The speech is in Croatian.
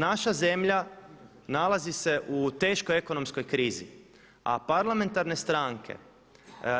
Naša zemlja nalazi se u teškoj ekonomskoj krizi a parlamentarne stranke